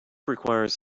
requires